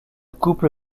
couple